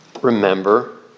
remember